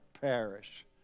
perish